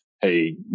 hey